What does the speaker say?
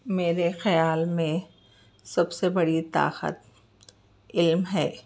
میرے خیال میں سب سے بڑی طاقت ایم ہے